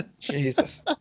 Jesus